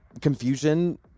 confusion